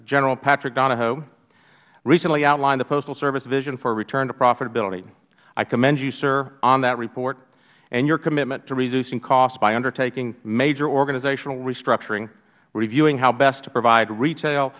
general patrick donahoe recently outlined the postal service vision for a return to profitability i commend you sir on that report and your commitment to reducing costs by undertaking major organizational restructuring reviewing how best to provide retail